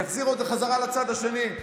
יחזירו את זה בחזרה לצד השני.